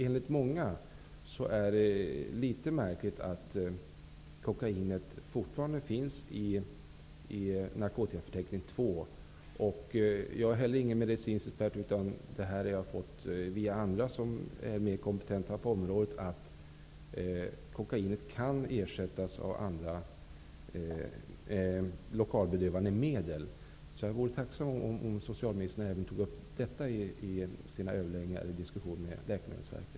Enligt många är det litet märkligt att kokain fortfarande finns i narkotikaförteckning II. Inte heller jag är någon medicinsk expert. Jag har via andra som är mer kompetenta på området fått uppgifter om att kokain kan ersättas av andra lokalbedövande medel. Jag vore tacksam om socialministern tog upp detta i sina diskussioner med Läkemedelsverket.